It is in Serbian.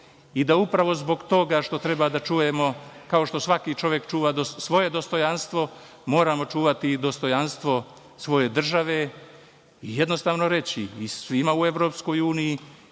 i da upravo zbog toga što treba da čujemo, kao što svaki čovek čuva svoje dostojanstvo, moramo čuvati i dostojanstvo svoje države i jednostavno reći svima u EU i